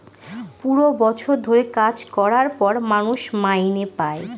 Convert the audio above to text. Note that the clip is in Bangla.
পুরো বছর ধরে কাজ করার পর মানুষ মাইনে পাই